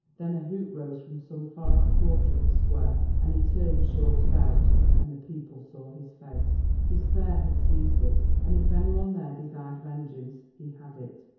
then a hoot rose from some far-off quarter of the square, and he turned short about and the people saw his face. despair had seized it, and if any one there desired vengeance, he had it.